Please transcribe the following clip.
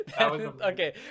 Okay